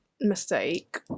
mistake